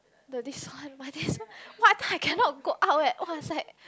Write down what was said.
the this one my this one !wah! I think I cannot go out eh was like